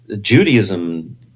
Judaism